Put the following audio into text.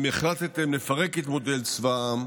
אם החלטתם לפרק את מודל צבא העם,